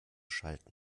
schalten